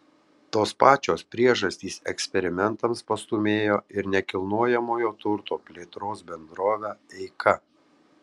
tos pačios priežastys eksperimentams pastūmėjo ir nekilnojamojo turto plėtros bendrovę eika